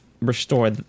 restore